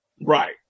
Right